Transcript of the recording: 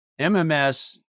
mms